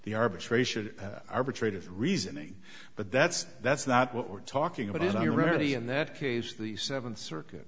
the arbitration arbitrator reasoning but that's that's not what we're talking about in a rarity in that case the seventh circuit